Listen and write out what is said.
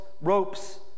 ropes